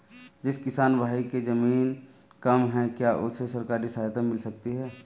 जिस किसान भाई के ज़मीन कम है क्या उसे सरकारी सहायता मिल सकती है?